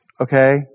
okay